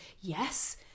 yes